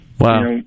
Wow